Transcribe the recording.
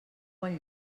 bon